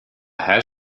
her